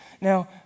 Now